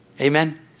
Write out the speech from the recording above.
Amen